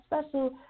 special